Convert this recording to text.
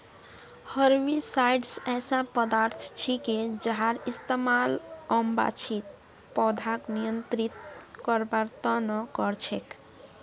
herbicides ऐसा पदार्थ छिके जहार इस्तमाल अवांछित पौधाक नियंत्रित करवार त न कर छेक